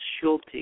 Schulte